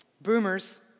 boomers